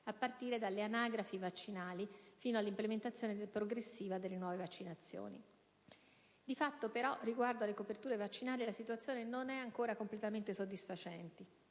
a partire dalle anagrafi vaccinali fino alla implementazione progressiva delle nuove vaccinazioni. Di fatto, però, riguardo alle coperture vaccinali la situazione non è completamente soddisfacente,